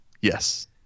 yes